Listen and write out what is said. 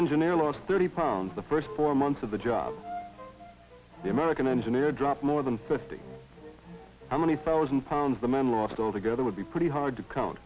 engineer lost thirty pounds the first four months of the job the american engineer dropped more than fifty how many thousand pounds the man lost altogether would be pretty hard to count